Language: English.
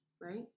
right